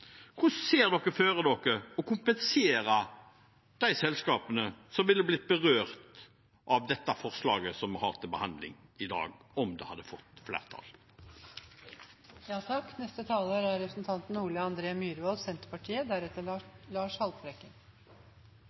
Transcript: hvordan ser de for seg å kompensere de selskapene som ville blitt berørt av dette forslaget som vi har til behandling i dag, om det hadde fått